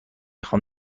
خوام